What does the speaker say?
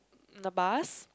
the bus